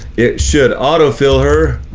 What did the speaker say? it should auto fill her.